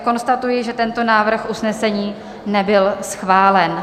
Konstatuji, že tento návrh usnesení nebyl schválen.